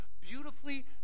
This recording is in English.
beautifully